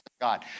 God